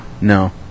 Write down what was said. no